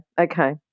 Okay